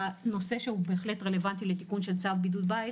נושא שהוא רלוונטי לתיקון צו בידוד בית